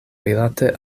rilate